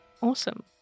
Awesome